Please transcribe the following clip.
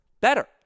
better